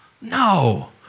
No